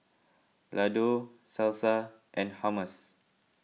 Ladoo Salsa and Hummus